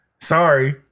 Sorry